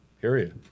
Period